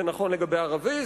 זה נכון לגבי ערבי,